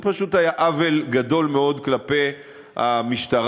זה פשוט היה עוול גדול מאוד כלפי המשטרה,